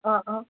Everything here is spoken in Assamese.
অঁ অঁ